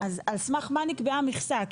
על סמך מה נקבעה המכסה?